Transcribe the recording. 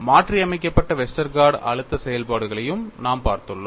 மாற்றியமைக்கப்பட்ட வெஸ்டர்கார்ட் அழுத்த செயல்பாடுகளையும் நாம் பார்த்துள்ளோம்